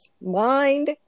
Mind